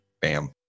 Bam